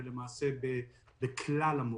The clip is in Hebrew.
ולכן,